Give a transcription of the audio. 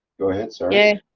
go ahead, sorry. yeah.